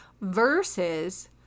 versus